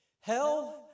Hell